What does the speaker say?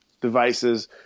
devices